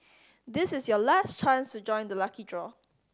this is your last chance to join the lucky draw